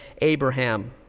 Abraham